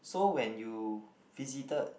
so when you visited